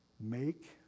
Make